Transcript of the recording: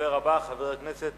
הדובר הבא, חבר הכנסת